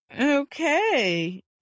Okay